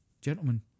gentlemen